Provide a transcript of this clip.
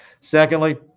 Secondly